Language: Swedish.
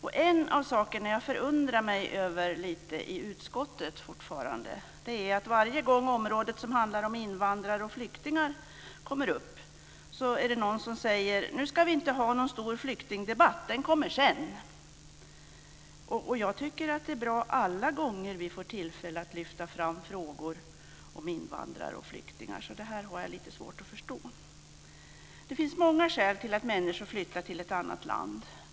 En av de saker som jag fortfarande förundrar mig lite över i utskottet är att varje gång som området invandrare och flyktingar kommer upp, är det någon som säger: Nu ska vi inte ha någon stor flyktingdebatt, den kommer sedan. Jag tycker alltid att det är bra när vi får tillfälle att lyfta fram frågor om invandrare och flyktingar, så det här har jag lite svårt att förstå. Det finns många skäl till att människor flyttar till ett annat land.